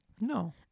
No